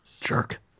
Jerk